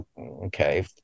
Okay